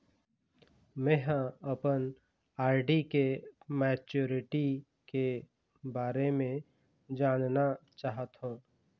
में ह अपन आर.डी के मैच्युरिटी के बारे में जानना चाहथों